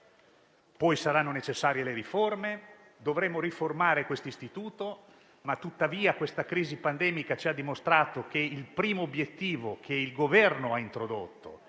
Saranno poi necessarie le riforme e dovremo riformare quest'istituto, ma la crisi pandemica ci ha dimostrato che il primo obiettivo che il Governo ha introdotto -